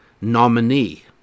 nominee